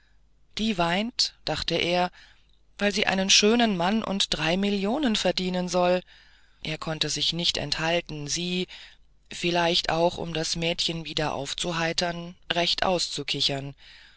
die weint dachte er weil sie einen schönen mann und drei millionen verdienen soll er konnte sich nicht enthalten sie vielleicht auch um das mädchen wieder aufzuheitern recht